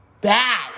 bad